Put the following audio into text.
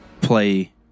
play